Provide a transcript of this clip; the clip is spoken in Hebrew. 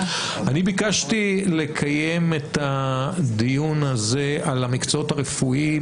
אני ביקשתי לקיים את הדיון הזה על המקצועות הרפואיים